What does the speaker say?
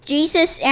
Jesus